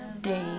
day